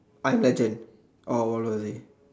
I am legend or world war Z